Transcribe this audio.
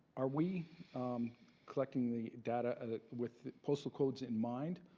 are we collecting the data with postal codes in mind?